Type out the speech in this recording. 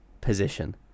position